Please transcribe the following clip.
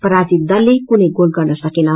पराजित दलले कुनै गोल गर्न सकेन